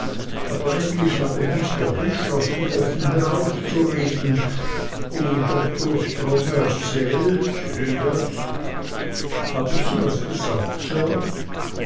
aber endlich hab ich mich doch entschlossen offen herauszureden und dr strong erzählt daß haben sie etwas gesagt